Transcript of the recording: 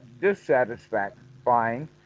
dissatisfying